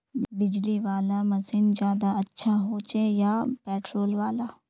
बिजली वाला मशीन ज्यादा अच्छा होचे या पेट्रोल वाला?